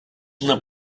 una